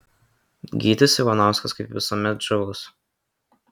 gytis ivanauskas kaip visuomet žavus